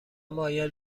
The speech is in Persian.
مایل